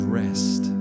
rest